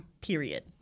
period